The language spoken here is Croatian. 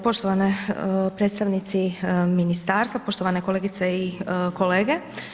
Poštovani predstavnici ministarstva, poštovane kolegice i kolege.